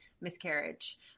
miscarriage